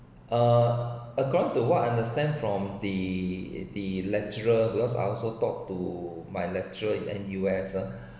uh according to what I understand from the the lecturer because I also taught to my lecturer in U_S ah